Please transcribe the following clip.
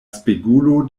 spegulo